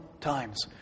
times